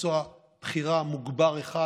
מקצוע בחירה מוגבר אחד,